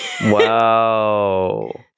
Wow